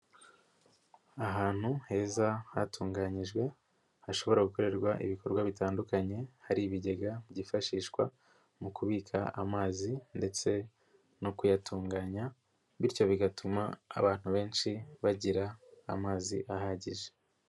Ahantu heza hatunganyijwe hashobora gukorerwa ibikorwa bitandukanye hari ibigega byifashishwa mu kubika amazi ndetse no kuyatunganya bityo bigatuma abantu benshi bagira amazi ahagije.